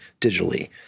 digitally